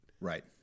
Right